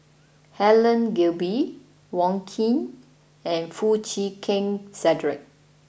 Helen Gilbey Wong Keen and Foo Chee Keng Cedric